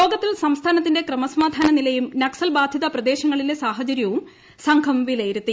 യോഗത്തിൽ സംസ്ഥാനത്തിന്റെ ക്രമസമാധാന നിലയും നക്സൽബാധിത പ്രദേശങ്ങളിലെ സാഹചര്യവും സംഘം വിലയിരുത്തി